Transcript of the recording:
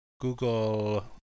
Google